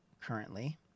currently